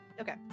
Okay